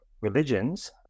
Religions